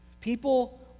People